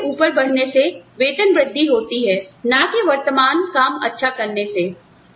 संगठन में ऊपर बढ़ने से वेतन वृद्धि होती है ना कि वर्तमान काम अच्छा करने से